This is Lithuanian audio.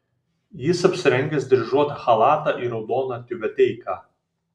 jis apsirengęs dryžuotą chalatą ir raudoną tiubeteiką